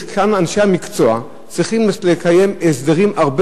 אנשי המקצוע צריכים לקיים הסדרים הרבה